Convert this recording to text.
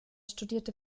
studierte